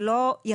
זה לא יחסית,